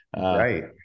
Right